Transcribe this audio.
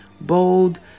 bold